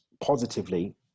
positively